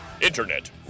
internet